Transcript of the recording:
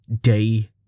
day